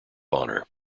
honor